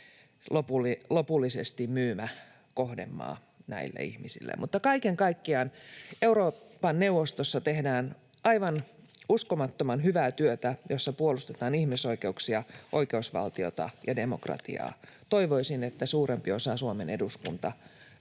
lopullisesti myymä kohdemaa näille ihmisille. Kaiken kaikkiaan Euroopan neuvostossa tehdään aivan uskomattoman hyvää työtä, jossa puolustetaan ihmisoikeuksia, oikeusvaltiota ja demokratiaa. Toivoisin, että suurempi osa Suomen eduskunnasta